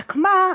רק מה?